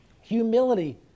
humility